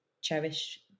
cherish